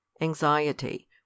anxiety